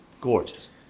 gorgeous